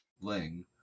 Ling